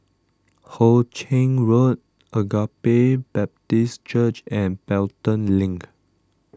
Ho Ching Road Agape Baptist Church and Pelton Link